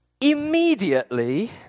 immediately